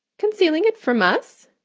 concealing it from us!